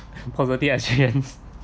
positive experience